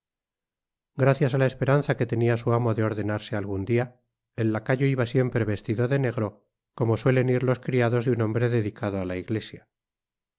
gracias á la es peranza que tenia su amo de ordenarse algun dia el lacayo iba siempre vestido de negro como suelen ir los criados de un hombre dedicado á la iglesia